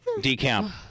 decamp